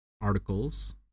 articles